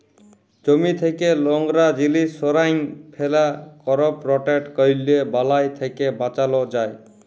জমি থ্যাকে লংরা জিলিস সঁরায় ফেলা, করপ রটেট ক্যরলে বালাই থ্যাকে বাঁচালো যায়